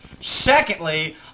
Secondly